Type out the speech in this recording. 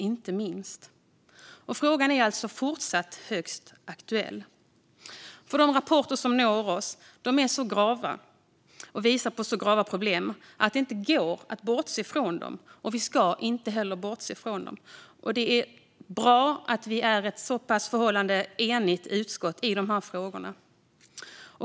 Frågan är även fortsättningsvis högst aktuell. De rapporter som når oss visar på så grava problem att det inte går att bortse från dem, och vi ska heller inte bortse från dem. Det är bra att utskottet är så enigt i dessa frågor.